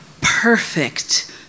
perfect